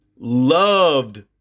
loved